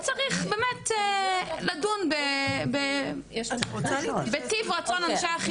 אולי צריך באמת לדון בטיב רצון אנשי החינוך לטפל בתופעה.